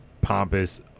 pompous